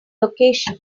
location